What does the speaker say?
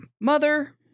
mother